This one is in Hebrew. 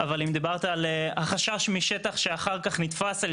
אבל אם דיברת על חשש משטח שאחר כך נתפס על